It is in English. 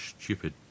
stupid